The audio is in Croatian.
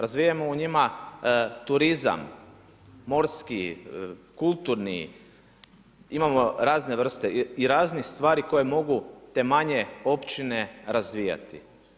Razvijajmo u njima turizam, morski, kulturni, imamo razne vrste i raznih stvari koje mogu te manje općine razvijati.